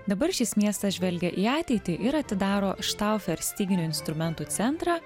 dabar šis miestas žvelgia į ateitį ir atidaro štaufer styginių instrumentų centrą